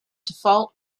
default